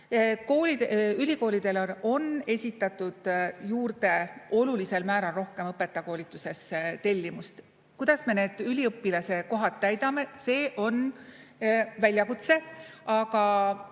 Ülikoolidele on esitatud juurde olulisel määral rohkem õpetajakoolitusse tellimust. Kuidas me need üliõpilase kohad täidame? See on väljakutse. Aga